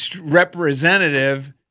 representative